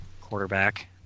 quarterback